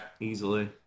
easily